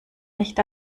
nicht